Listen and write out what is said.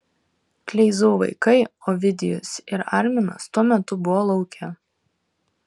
kleizų vaikai ovidijus ir arminas tuo metu buvo lauke